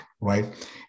right